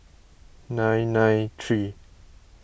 nine nine three